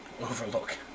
overlook